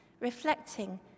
reflecting